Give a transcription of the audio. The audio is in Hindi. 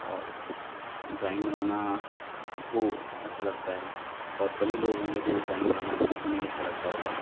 और ड्राइंग बनाना सबको अच्छा लगता है और कम ही लोग होंगे जो ड्राइंग बनाना जिसको नहीं अच्छा लगता होगा